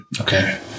Okay